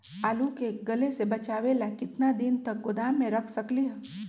आलू के गले से बचाबे ला कितना दिन तक गोदाम में रख सकली ह?